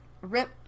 rip